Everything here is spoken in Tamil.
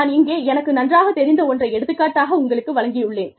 நான் இங்கே எனக்கு நன்றாகத் தெரிந்த ஒன்றை எடுத்துக் காட்டாக உங்களுக்கு வழங்கியுள்ளேன்